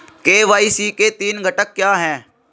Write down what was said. KYC के तीन घटक क्या हैं?